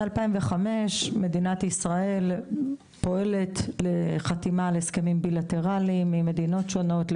2005 מדינת ישראל פועלת לחתימת הסכמים בילטרליים עם מדינות שונות,